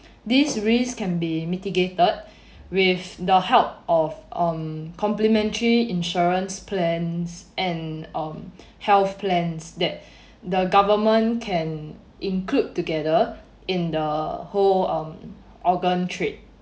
these risks can be mitigated with the help of um complimentary insurance plans and um health plans that the government can include together in the whole um organ trade